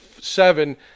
seven